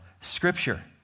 Scripture